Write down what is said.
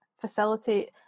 facilitate